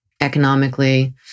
economically